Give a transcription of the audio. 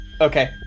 Okay